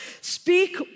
speak